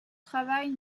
travail